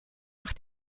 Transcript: nach